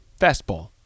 Fastball